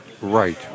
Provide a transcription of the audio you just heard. right